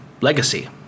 legacy